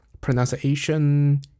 pronunciation